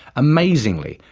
amazingly,